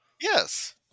Yes